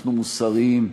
אנחנו מוסריים,